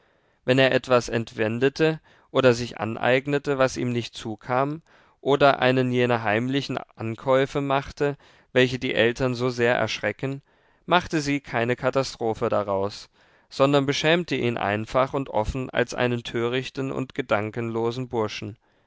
wenn er etwas entwendete oder sich aneignete was ihm nicht zukam oder einen jener heimlichen ankäufe machte welche die eltern so sehr erschrecken machte sie keine katastrophe daraus sondern beschämte ihn einfach und offen als einen törichten und gedankenlosen burschen